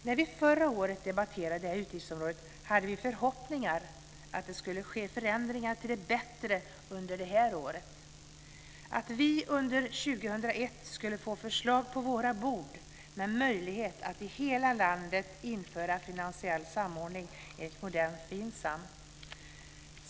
När vi förra året debatterade det här utgiftsområdet hade vi förhoppningar att det skulle ske förändringar till det bättre under det här året, att vi under 2001 skulle få förslag på våra bord till en möjlighet att i hela landet införa finansiell samordning enligt modell Finsam.